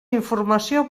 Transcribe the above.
informació